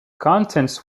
contents